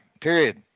Period